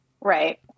Right